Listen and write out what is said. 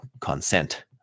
consent